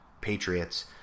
Patriots